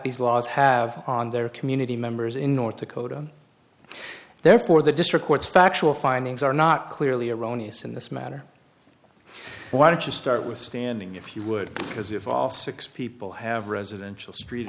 these laws have on their community members in north dakota therefore the district court's factual findings are not clearly erroneous in this matter why don't you start with standing if you would has evolved six people have residential street